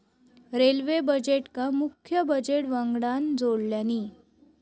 railway बजेटका मुख्य budget वंगडान जोडल्यानी